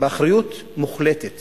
באחריות מוחלטת